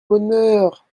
bonheur